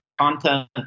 content